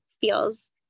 feels